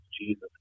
Jesus